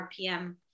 RPM